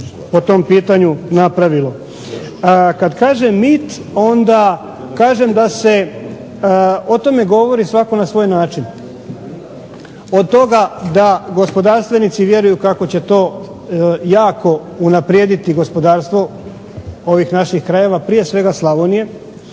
po tom pitanju napravilo. Kad kažem mit onda kažem da se o tome govori svako na svoj način. Od toga da gospodarstvenici vjeruju kako će to jako unaprijediti gospodarstvo ovih naših krajeva prije svega Slavonije